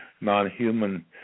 non-human